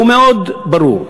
הוא מאוד ברור.